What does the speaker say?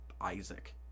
isaac